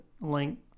link